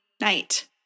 night